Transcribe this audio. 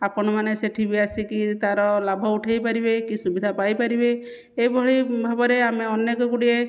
ଆପଣମାନେ ସେଠି ବି ଆସିକି ତା'ର ଲାଭ ଉଠାଇପାରିବେ କି ସୁବିଧା ପାଇପାରିବେ ଏଭଳି ଭାବରେ ଆମେ ଅନେକ ଗୁଡ଼ିଏ